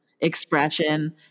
expression